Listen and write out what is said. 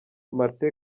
marthe